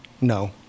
No